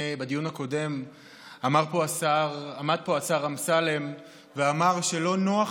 בדיון הקודם עמד פה השר אמסלם ואמר שלא נוח